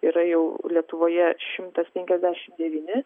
yra jau lietuvoje šimtas penkiasdešim devyni